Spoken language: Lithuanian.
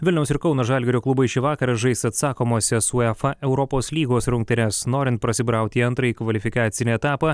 vilniaus ir kauno žalgirio klubai šį vakarą žais atsakomąsias uefa europos lygos rungtynes norint prasibrauti į antrąjį kvalifikacinį etapą